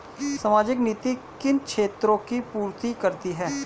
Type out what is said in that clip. सामाजिक नीति किन क्षेत्रों की पूर्ति करती है?